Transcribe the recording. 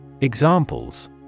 Examples